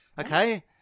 okay